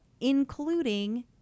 including